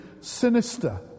sinister